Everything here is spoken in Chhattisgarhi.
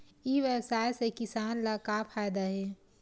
ई व्यवसाय से किसान ला का फ़ायदा हे?